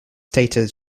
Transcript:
stated